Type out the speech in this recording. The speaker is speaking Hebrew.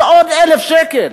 זה עוד 1,000 שקל.